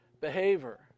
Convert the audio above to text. behavior